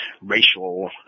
racial